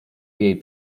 jej